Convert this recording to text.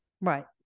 Right